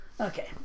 Okay